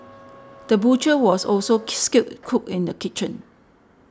the butcher was also skilled cook in the kitchen